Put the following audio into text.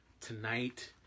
tonight